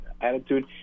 attitude